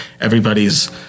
everybody's